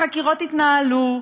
החקירות יתנהלו,